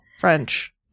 French